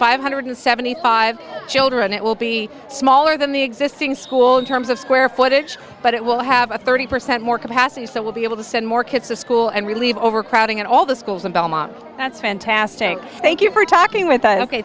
five hundred and seventy five dollars children it will be smaller than the existing school in terms of square footage but it will have a thirty percent more capacity so will be able to send more kids to school and relieve overcrowding in all the schools and belmont that's fantastic thank you for talking with us ok